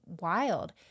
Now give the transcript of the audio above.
wild